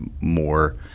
more